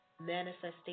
Manifestation